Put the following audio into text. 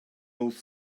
both